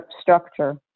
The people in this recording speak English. structure